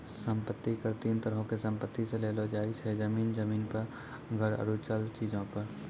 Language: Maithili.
सम्पति कर तीन तरहो के संपत्ति से लेलो जाय छै, जमीन, जमीन मे घर आरु चल चीजो पे